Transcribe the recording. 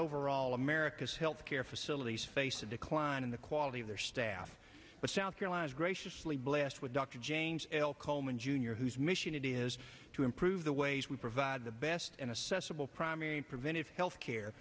overall america's health care facilities face a decline in the quality of their staff but south carolina is graciously blessed with dr james l coleman jr whose mission it is to improve the ways we provide the best and assessable primary preventive health care